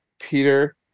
Peter